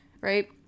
right